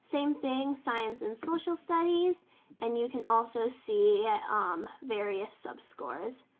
same thing, science and social studies and you can also see yeah um various sub scores.